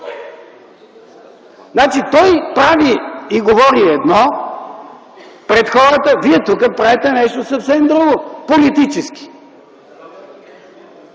Значи той прави и говори едно пред хората, вие тук правите нещо съвсем друго политически.